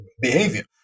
behavior